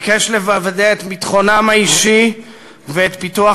ביקש לוודא את ביטחונם האישי ואת פיתוח